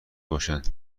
باشند